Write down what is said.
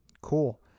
cool